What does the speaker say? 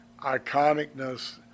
iconicness